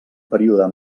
període